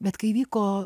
bet kai vyko